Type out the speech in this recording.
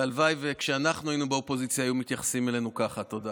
והלוואי שהיו מתייחסים אלינו ככה כשאנחנו היינו באופוזיציה.